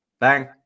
bang